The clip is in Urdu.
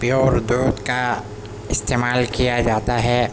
پیور دودھ کا استعمال کیا جاتا ہے